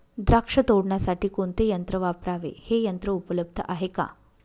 द्राक्ष तोडण्यासाठी कोणते यंत्र वापरावे? हे यंत्र उपलब्ध आहे का?